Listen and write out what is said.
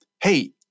hey